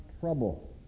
trouble